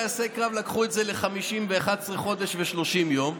טייסי קרב לקחו את זה ל-50 ו-11 חודשים ו-30 ימים,